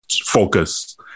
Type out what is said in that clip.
focus